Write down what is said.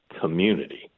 community